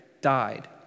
died